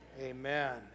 amen